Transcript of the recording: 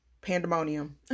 pandemonium